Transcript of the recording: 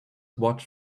watch